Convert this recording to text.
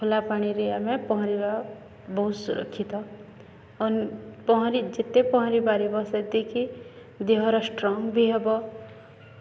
ଖୋଲା ପାଣିରେ ଆମେ ପହଁରିବା ବହୁତ ସୁରକ୍ଷିତ ଆଉ ପହଁରି ଯେତେ ପହଁରି ପାରିବ ସେତିକି ଦେହର ଷ୍ଟ୍ରଙ୍ଗ୍ ବି ହେବ